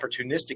opportunistic